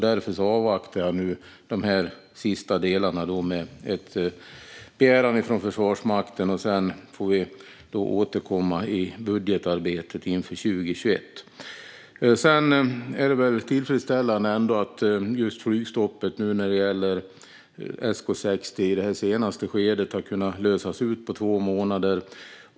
Därför avvaktar jag nu de sista delarna med en begäran från Försvarsmakten, och sedan får vi återkomma i budgetarbetet inför 2021. Sedan är det väl ändå tillfredsställande att det senaste flygstoppet för SK 60 har kunnat lösas ut på två månader.